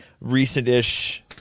recent-ish